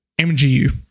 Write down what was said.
MGU